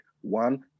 One